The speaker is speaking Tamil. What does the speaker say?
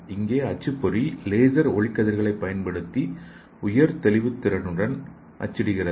இங்கே அச்சுப்பொறி லேசர் ஒளிக்கதிர்களைப் பயன்படுத்தி உயர் தெளிவுத்திறன் திறனுடன் அச்சிடுகிறது